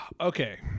Okay